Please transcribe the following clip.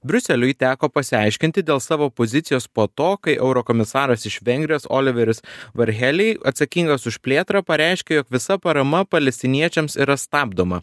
briuseliui teko pasiaiškinti dėl savo pozicijos po to kai eurokomisaras iš vengrijos oliveris varheli atsakingas už plėtrą pareiškė jog visa parama palestiniečiams yra stabdoma